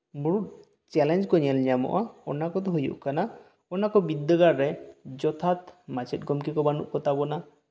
ᱢᱩᱬᱩᱫ ᱪᱮᱞᱮᱧᱡᱽ ᱠᱚ ᱧᱮᱞ ᱧᱟᱢᱚᱜᱼᱟ ᱚᱱᱟ ᱠᱚᱫᱚ ᱦᱩᱭᱩᱜ ᱠᱟᱱᱟᱼ ᱚᱱᱟ ᱠᱚ ᱵᱤᱫᱽᱫᱟᱹᱜᱟᱲ ᱨᱮ ᱡᱚᱛᱷᱟᱛ ᱢᱟᱪᱮᱫ ᱜᱚᱢᱠᱮ ᱠᱚ ᱵᱟᱹᱱᱩᱜ ᱠᱚᱛᱟ ᱵᱚᱱᱟ